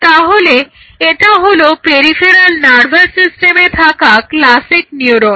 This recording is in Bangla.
তাহলে এটা হলো পেরিফেরাল নার্ভাস সিস্টেমে থাকা ক্লাসিক নিউরন